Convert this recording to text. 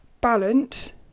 balance